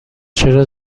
چرا